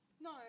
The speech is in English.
No